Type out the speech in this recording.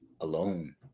alone